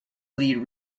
lead